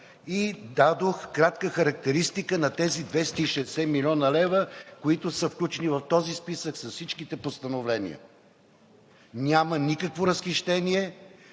Дадох кратка характеристика на тези 260 млн. лв., които са включени в този списък с всичките постановления. Няма никакво разхищение.